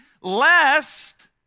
lest